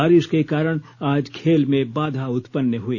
बारिश के कारण आज खेल में बाधा उत्पन्न हुई